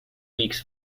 weeks